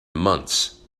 months